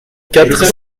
quatre